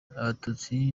abatutsi